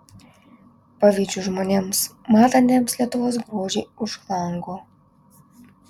pavydžiu žmonėms matantiems lietuvos grožį už lango